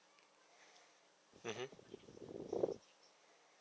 mmhmm